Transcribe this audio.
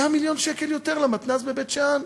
היה מיליון שקל יותר למתנ"ס בבית-שאן.